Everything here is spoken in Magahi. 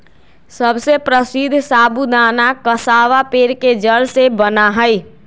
सबसे प्रसीद्ध साबूदाना कसावा पेड़ के जड़ से बना हई